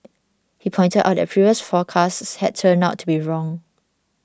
he pointed out that previous forecasts had turned out to be wrong